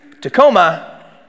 Tacoma